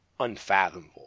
unfathomable